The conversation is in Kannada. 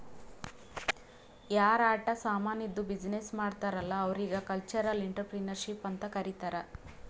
ಯಾರ್ ಆಟ ಸಾಮಾನಿದ್ದು ಬಿಸಿನ್ನೆಸ್ ಮಾಡ್ತಾರ್ ಅಲ್ಲಾ ಅವ್ರಿಗ ಕಲ್ಚರಲ್ ಇಂಟ್ರಪ್ರಿನರ್ಶಿಪ್ ಅಂತ್ ಕರಿತಾರ್